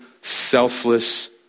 selfless